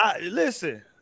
listen